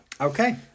Okay